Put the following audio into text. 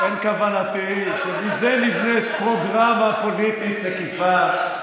אין כוונתי שמזה נבנית פרוגרמה פוליטית מקיפה,